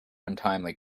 untimely